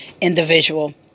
individual